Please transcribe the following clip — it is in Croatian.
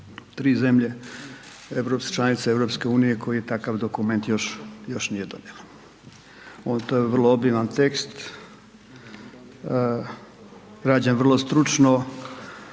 europske, članice EU koja takav dokument još, još nije donijela. To je vrlo obiman tekst, rađen vrlo stručno,